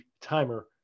timer